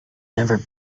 never